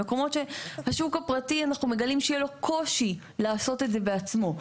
במקומות שהשוק הפרטי אנחנו מגלים שיהיה לו קושי לעשות את זה בעצמו.